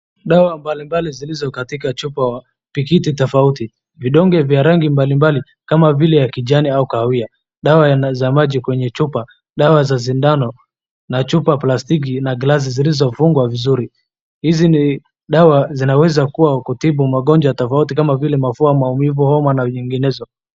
Dawa mbalimbali zilizo katika chupa pikiti tofauti. Vidonge vya rangi mbalimbali kama vile ya kijani au kahawia. Dawa za maji kwenye chupa, dawa za sindano na chupa plastiki na glasi zilizofungwa vizuri. Hizi ni dawa zinaweza kuwa za kutibu magonjwa tofauti kama vile mafua, maumivu, homa na nyinginezo.